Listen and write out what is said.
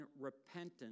repentance